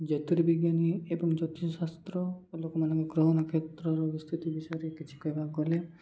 ଜ୍ୟୋତିର୍ବିଜ୍ଞାନୀ ଏବଂ ଜ୍ୟୋତିଷ ଶାସ୍ତ୍ର ଲୋକମାନଙ୍କ ଗ୍ରହ ନକ୍ଷତ୍ରର ସ୍ଥିତି ବିଷୟରେ କିଛି କହିବାକୁ କଲେ